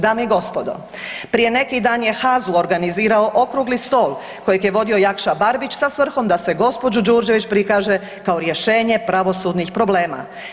Dame i gospodo, prije neki dan je HAZU organizirao okrugli stol kojeg je vodio Jakša Barbić sa svrhom da se gđu. Đurđević prikaže kao rješenje pravosudnih problema.